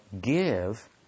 give